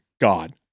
God